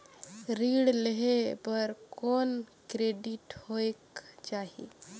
ऋण लेहे बर कौन क्रेडिट होयक चाही?